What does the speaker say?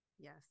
Yes